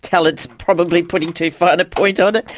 talent's probably putting too fine a point on it.